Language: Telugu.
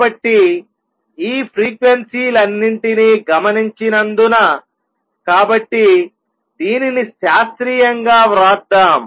కాబట్టి ఈ ఫ్రీక్వెన్సీలన్నింటిని గమనించినందున కాబట్టి దీనిని శాస్త్రీయంగా వ్రాద్దాం